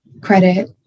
credit